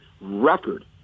record